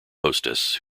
hostess